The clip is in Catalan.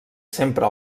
sempre